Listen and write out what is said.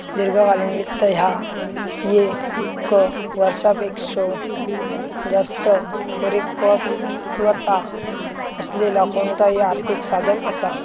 दीर्घकालीन वित्त ह्या ये क वर्षापेक्षो जास्त परिपक्वता असलेला कोणताही आर्थिक साधन असा